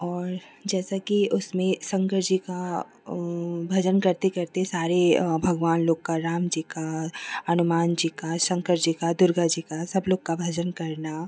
और जैसा कि उसमें शंकर जी का भजन करते करते सारे भगवान लोग का रामजी का हनुमान जी का शंकर जी का दुर्गा जी का सब लोग का भजन करना